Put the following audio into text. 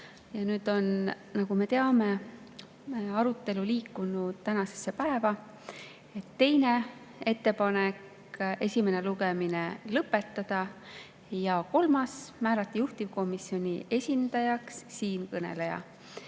aga nagu me teame, arutelu on liikunud tänasesse päeva. Teine ettepanek oli esimene lugemine lõpetada ja kolmas oli määrata juhtivkomisjoni esindajaks siinkõneleja.